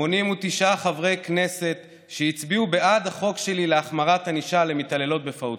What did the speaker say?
89 חברי כנסת שהצביעו בעד החוק שלי להחמרת ענישה למתעללות בפעוטות.